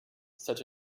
such